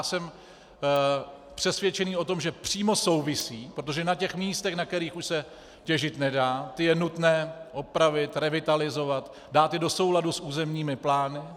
Jsem přesvědčen o tom, že přímo souvisí, protože na těch místech, na kterých už se těžit nedá, ta je nutné opravit, revitalizovat, dát je do souladu s územními plány.